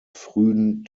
frühen